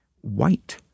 White